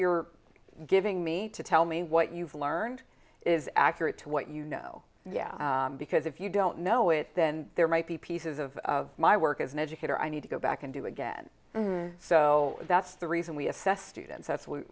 you're giving me to tell me what you've learned is accurate to what you know because if you don't know it then there might be pieces of of my work as an educator i need to go back and do again so that's the reason we assess students absolute